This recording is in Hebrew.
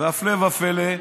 והפלא ופלא,